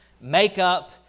makeup